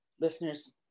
listeners